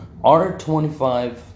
R25